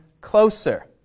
closer